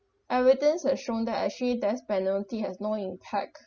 evidence had shown that actually death penalty has no impact